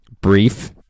brief